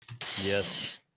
yes